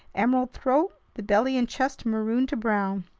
emerald throat, the belly and chest maroon to brown.